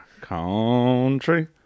Country